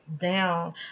down